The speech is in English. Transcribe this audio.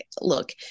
look